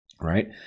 right